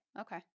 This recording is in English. Okay